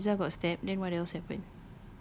ya then rizal got stabbed then what else happen